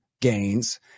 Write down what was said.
gains